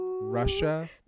Russia